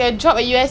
ya